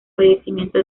fallecimiento